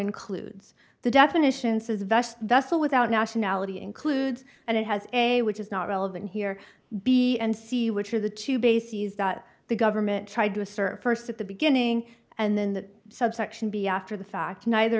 includes the definition says vest that's all without nationality includes and it has a which is not relevant here b and c which are the two bases that the government tried to assert st at the beginning and then that subsection b after the fact neither